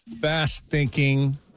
fast-thinking